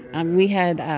and we had